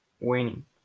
winning